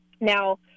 Now